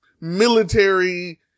military